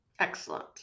Excellent